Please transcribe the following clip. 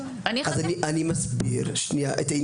אני מסביר את העניין.